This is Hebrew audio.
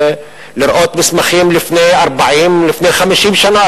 לראות מסמכים מלפני 40 50 שנה,